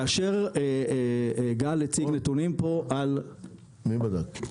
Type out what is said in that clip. כאשר גל הציג נתונים פה על --- מי בדק?